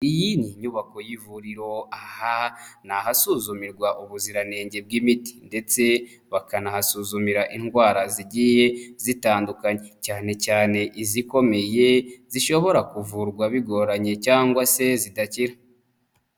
Iyi ni inyubako y'ivuriro, aha ni ahasuzumirwa ubuziranenge bw'imiti, ndetse bakanahasuzumira indwara zigiye zitandukanye, cyane cyane izikomeye, zishobora kuvurwa bigoranye, cyangwa se zidakira.